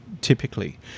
typically